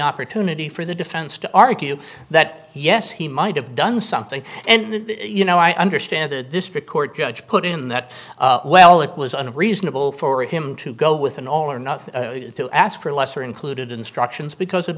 opportunity for the defense to argue that yes he might have done something and you know i understand the district court judge put in that well it was unreasonable for him to go with an all or not to ask for lesser included instructions because